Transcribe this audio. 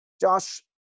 josh